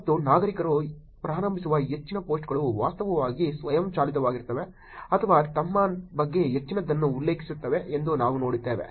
ಮತ್ತು ನಾಗರಿಕರು ಪ್ರಾರಂಭಿಸುವ ಹೆಚ್ಚಿನ ಪೋಸ್ಟ್ಗಳು ವಾಸ್ತವವಾಗಿ ಸ್ವಯಂ ಚಾಲಿತವಾಗಿರುತ್ತವೆ ಅಥವಾ ತಮ್ಮ ಬಗ್ಗೆ ಹೆಚ್ಚಿನದನ್ನು ಉಲ್ಲೇಖಿಸುತ್ತವೆ ಎಂದು ನಾವು ನೋಡುತ್ತೇವೆ